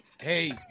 Hey